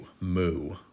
moo